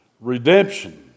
redemption